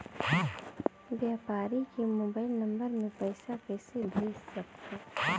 व्यापारी के mobile number मे पईसा कइसे भेज सकथव?